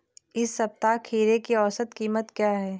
इस सप्ताह खीरे की औसत कीमत क्या है?